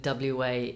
WA